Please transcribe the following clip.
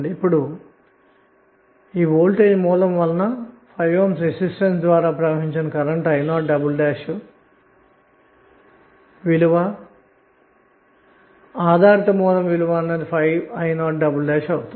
ఇక్కడ 5 Ohm resistance ద్వారా current అన్నది i0 అయితే ఆధారిత సోర్స్ యొక్క విలువ 5i0అవుతుంది